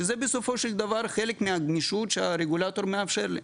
שזה בסופו של דבר חלק מהגמישות שהרגולטור מאפשר לי.